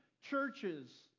churches